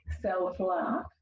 self-love